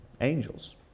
angels